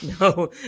No